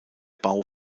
bau